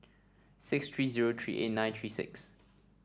six three zero three eight nine three six